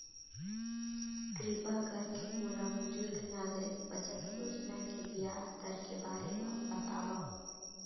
किरपा करके मोला बुजुर्ग नागरिक बचत योजना के ब्याज दर के बारे मा बतावव